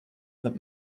that